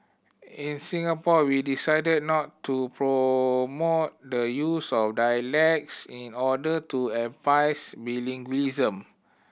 in Singapore we decided not to promote the use of dialects in order to emphasise bilingualism